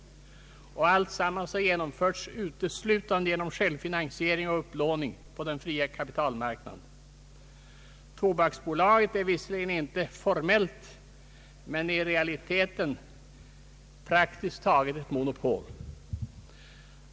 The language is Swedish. Alltsammans har genomförts uteslutande genom självfinansiering och upplåning på den fria kapitalmarknaden. Tobaksbolaget är visserligen inte formellt men i realiteten praktiskt taget ett monopol.